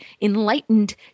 enlightened